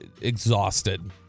exhausted